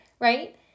right